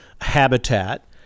habitat